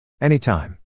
Anytime